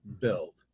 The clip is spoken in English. build